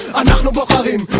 and and but then